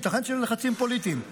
ייתכן שאלה לחצים פוליטיים,